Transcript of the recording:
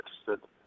interested